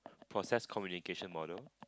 process communication model